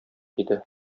иде